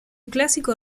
clásico